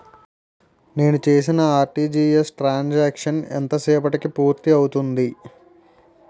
నేను చేసిన RTGS transaction ఎంత సేపటికి పూర్తి అవుతుంది?